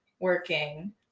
working